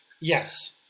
Yes